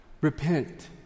Repent